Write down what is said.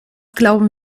glauben